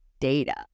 data